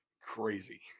Crazy